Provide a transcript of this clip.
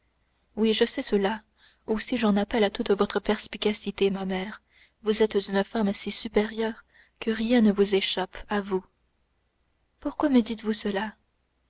oui je sais cela aussi j'en appelle à toute votre perspicacité ma mère vous êtes une femme si supérieure que rien ne vous échappe à vous pourquoi me dites-vous cela